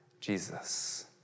Jesus